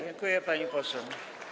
Dziękuję, pani poseł.